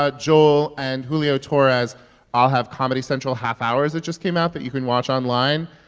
ah joel and julio torres all have comedy central half-hours that just came out that you can watch online.